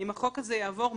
אם החוק הזה יעבור,